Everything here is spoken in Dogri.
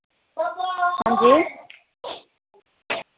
अंजी